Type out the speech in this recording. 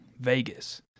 Vegas